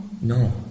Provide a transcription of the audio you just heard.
No